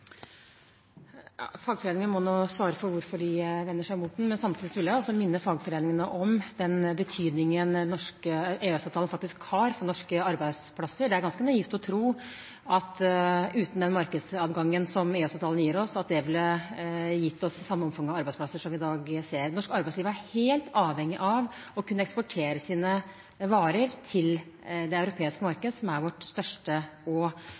må selv svare for hvorfor de vender seg mot den, men samtidig vil jeg minne dem om den betydningen den norske EØS-avtalen faktisk har for norske arbeidsplasser. Det er ganske naivt å tro at vi uten den markedsadgangen som EØS-avtalen gir oss, ville sett samme omfang av arbeidsplasser som vi i dag ser. Norsk arbeidsliv er helt avhengig av å kunne eksportere sine varer til det europeiske markedet, som er vårt største og